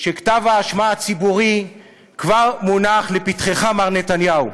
שכתב האשמה הציבורי כבר מונח לפתחך, מר נתניהו,